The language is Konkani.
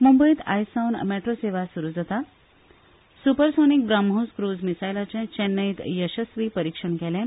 मुंबयंत आयज सावन मेट्रो सेवा सुरू जाता सुपरसोनीक ब्राह्मोस क्रुज मिसायलाचें चेन्नयंत येसस्वी परिक्षण केलें